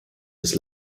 des